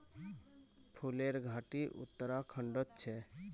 फूलेर घाटी उत्तराखंडत छे